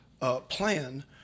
plan